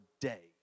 day